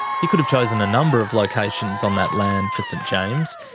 he could've chosen a number of locations on that land for st james,